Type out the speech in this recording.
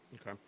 Okay